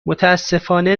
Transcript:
متأسفانه